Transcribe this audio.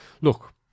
look